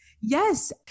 yes